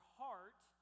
heart